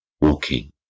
walking